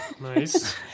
Nice